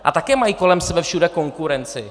A také mají kolem sebe všude konkurenci.